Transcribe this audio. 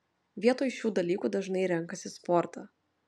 vietoj šių dalykų dažnai renkasi sportą